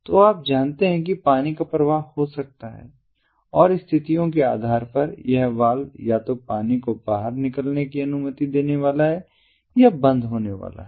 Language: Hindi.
तो आप जानते हैं कि पानी का प्रवाह हो सकता है और स्थितियों के आधार पर यह वाल्व या तो पानी को बाहर निकलने की अनुमति देने वाला है या यह बंद होने वाला है